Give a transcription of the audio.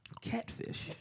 Catfish